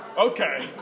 Okay